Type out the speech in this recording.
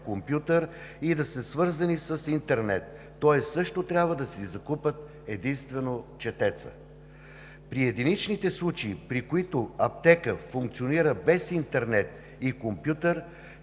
и да са свързани с интернет, тоест трябва да си закупят единствено четеца. При единичните случаи, при които аптека функционира без интернет и компютър,